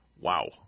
Wow